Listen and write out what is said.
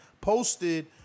posted